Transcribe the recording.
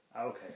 Okay